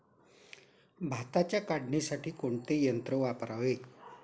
भाताच्या काढणीसाठी कोणते यंत्र वापरावे?